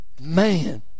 man